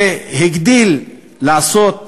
והגדיל לעשות כשהגיש,